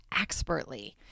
expertly